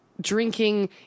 drinking